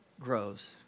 grows